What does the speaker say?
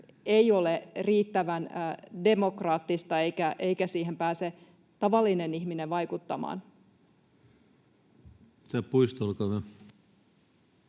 ei ole riittävän demokraattista eikä siihen pääse tavallinen ihminen vaikuttamaan.